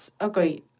Okay